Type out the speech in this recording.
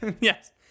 yes